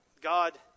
God